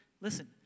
Listen